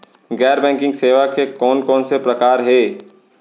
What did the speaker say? गैर बैंकिंग सेवा के कोन कोन से प्रकार हे?